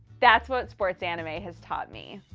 that's what sports anime has taught me.